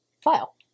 file